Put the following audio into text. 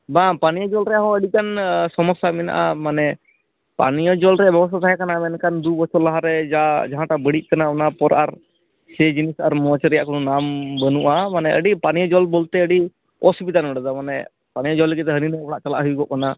ᱵᱟᱝ ᱯᱟᱱᱤᱭᱚ ᱡᱚᱞ ᱨᱮᱭᱟᱜ ᱦᱚᱸ ᱟᱹᱰᱤ ᱜᱟᱱ ᱥᱚᱢᱳᱥᱟ ᱢᱮᱢᱱᱟᱜᱼᱟ ᱢᱟᱱᱮ ᱯᱟᱱᱤᱭᱚ ᱡᱚᱞ ᱵᱮᱵᱚᱥᱛᱟ ᱛᱟᱦᱮᱸ ᱠᱟᱱᱟ ᱢᱮᱱᱠᱷᱟᱱ ᱫᱩ ᱵᱚᱪᱷᱚᱨ ᱞᱟᱦᱟ ᱨᱮ ᱡᱟ ᱡᱟᱦᱟᱴᱟᱜ ᱵᱟᱹᱲᱤᱡ ᱟᱠᱟᱱᱟ ᱚᱱᱟ ᱯᱚᱨ ᱟᱨ ᱥᱮ ᱡᱤᱱᱤᱥ ᱟᱨ ᱢᱚᱡᱽ ᱨᱮᱭᱟᱜ ᱱᱟᱢ ᱵᱟᱹᱱᱩᱜᱼᱟ ᱢᱟᱱᱮ ᱟᱹᱰᱤ ᱯᱟᱹᱱᱤᱭᱚ ᱡᱚᱞ ᱵᱚᱞᱛᱮ ᱟᱹᱰᱤ ᱚᱥᱩᱵᱤᱫᱟ ᱱᱚᱰᱮᱫᱚ ᱢᱟᱱᱮ ᱯᱟᱱᱤᱭᱚ ᱡᱚᱞ ᱞᱟᱹᱜᱤᱫ ᱫᱚ ᱦᱟᱹᱱᱤ ᱱᱟᱹᱭ ᱚᱲᱟᱜ ᱪᱟᱞᱟᱜ ᱦᱩᱭᱩᱜᱚᱜ ᱠᱟᱱᱟ